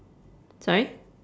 sorry